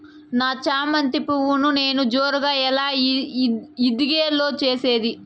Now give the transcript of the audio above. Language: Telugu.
నా చామంతి పువ్వును నేను జోరుగా ఎలా ఇడిగే లో చేసేది?